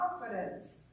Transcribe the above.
confidence